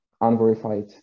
unverified